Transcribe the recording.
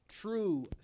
true